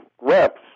reps